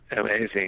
Amazing